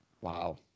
wow